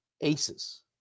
aces